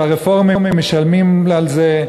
הרפורמים משלמים על זה,